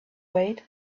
wait